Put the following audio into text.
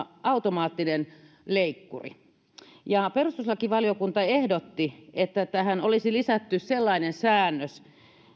automaattinen leikkuri perustuslakivaliokunta ehdotti että tähän olisi lisätty sellainen säännös